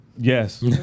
Yes